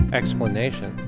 explanation